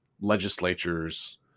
legislatures